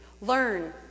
learn